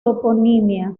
toponimia